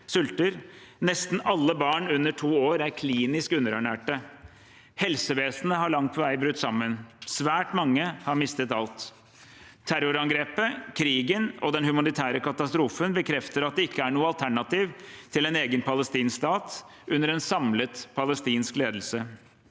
sulter. Nesten alle barn under to år er klinisk underernærte. Helsevesenet har langt på vei brutt sammen. Svært mange har mistet alt. Terrorangrepet, krigen og den humanitære katastrofen bekrefter at det ikke er noe alternativ til en egen palestinsk stat, under en samlet palestinsk ledelse.